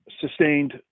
sustained